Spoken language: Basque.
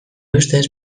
ustez